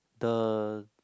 the